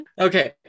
Okay